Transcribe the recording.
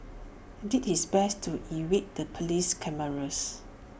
did his best to evade the Police cameras